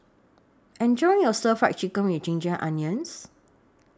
Enjoy your Stir Fry Chicken with Ginger Onions